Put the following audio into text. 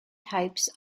types